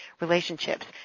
relationships